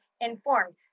informed